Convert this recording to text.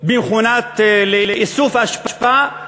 למכונה לאיסוף אשפה,